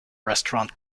restaurant